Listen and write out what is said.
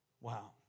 wow